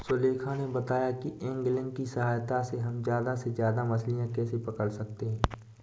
सुलेखा ने बताया कि ऐंगलिंग की सहायता से हम ज्यादा से ज्यादा मछलियाँ कैसे पकड़ सकते हैं